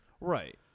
Right